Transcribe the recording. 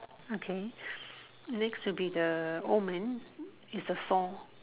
okay next will be the old man is the floor